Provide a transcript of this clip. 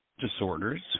disorders